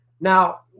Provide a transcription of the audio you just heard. Now